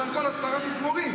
בסך הכול עשרה מזמורים.